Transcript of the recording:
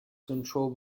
controlled